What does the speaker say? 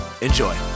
Enjoy